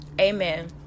amen